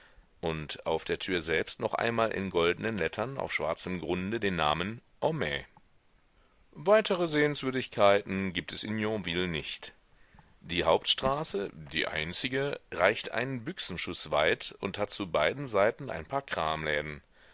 und auf der tür selbst noch einmal in goldnen lettern auf schwarzem grunde den namen homais weitere sehenswürdigkeiten gibt es in yonville nicht die hauptstraße die einzige reicht einen büchsenschuß weit und hat zu beiden seiten ein paar